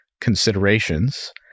considerations